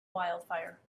wildfire